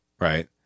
right